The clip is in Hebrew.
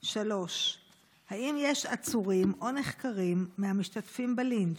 3. האם יש עצורים או נחקרים מהמשתתפים בלינץ'?